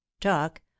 Talk